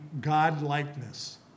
God-likeness